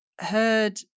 heard